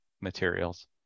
materials